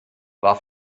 war